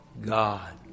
God